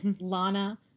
Lana